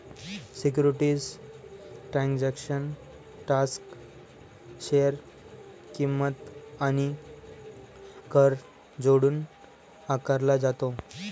securities transaction tax share किंमत आणि कर जोडून आकारला जातो